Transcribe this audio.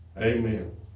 Amen